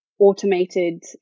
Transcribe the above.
Automated